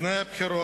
לפני הבחירות,